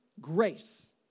grace